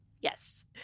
Yes